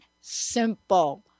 Simple